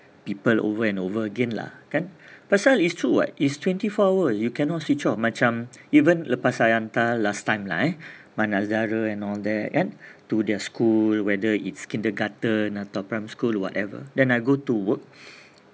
people over and over again lah kan pasal so is true what is twenty-four hour you cannot switch off macam even lepas I hantar last time lah eh my anak sedara and all that to their school whether it's kindergarten primary school whatever then I go to work